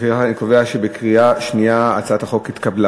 לפיכך אני קובע שהצעת החוק התקבלה